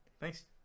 Thanks